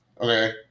okay